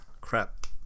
Crap